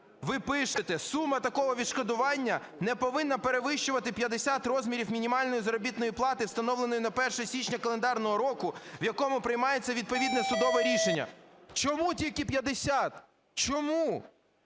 ви пишете: "Сума такого відшкодування не повинна перевищувати 50 розмірів мінімальної заробітної плати, встановленої на 1 січня календарного року, в якому приймається відповідне судове рішення". Чому тільки 50? Чому?